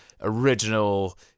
original